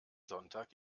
sonntag